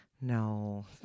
no